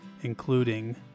including